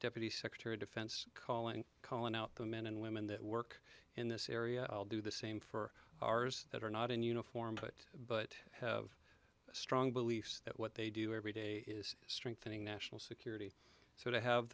deputy secretary of defense calling calling out the men and women that work in this area i'll do the same for ours that are not in uniform but but have strong beliefs that what they do every day is strengthening national security so they have